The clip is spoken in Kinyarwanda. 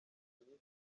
nyinshi